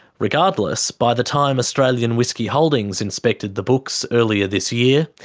regardless, by the time australian whisky holdings inspected the books earlier this year,